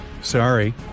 Sorry